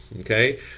Okay